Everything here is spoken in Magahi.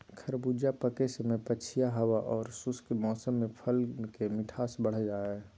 खरबूजा पके समय पछिया हवा आर शुष्क मौसम में फल के मिठास बढ़ जा हई